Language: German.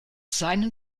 seinen